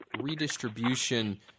redistribution –